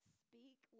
speak